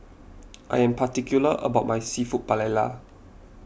I am particular about my Seafood Paella